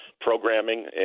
programming